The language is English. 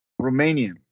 Romanian